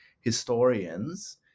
historians